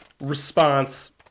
response